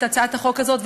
את הצעת החוק הזאת,